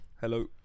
Hello